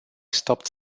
stopped